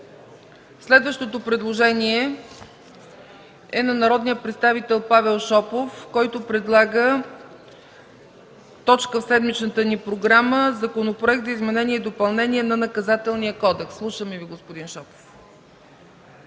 Следващото предложение е на народния представител Павел Шопов, който предлага точка в седмичната ни програма – Законопроект за изменение и допълнение на Наказателния кодекс. Слушаме Ви, господин Шопов.